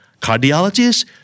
cardiologists